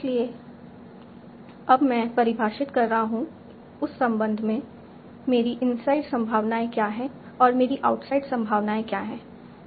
इसलिए अब मैं परिभाषित कर रहा हूं उस संबंध में मेरी इनसाइड संभावनाएं क्या हैं और मेरी आउटसाइड संभावनाएं क्या हैं